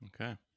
Okay